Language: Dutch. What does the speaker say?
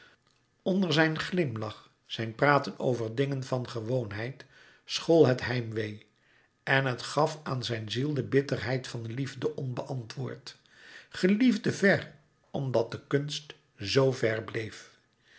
onder zijn glimlach zijn praten over dingen van gewoonheid school het heimwee en het gaf aan zijn ziel de bitterheid van liefde onbeantwoord geliefde ver omdat de kunst zoo ver bleef